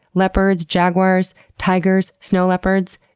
leopards, jaguars, tigers, snow leopards,